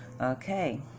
okay